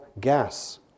gas